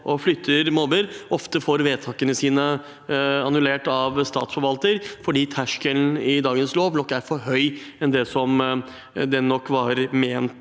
å flytte mobber, ofte får vedtakene sine annullert av statsforvalter, fordi terskelen i dagens lov er for høy i forhold til det den nok var ment